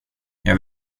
jag